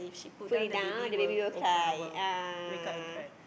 put it down the baby will cry ah